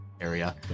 area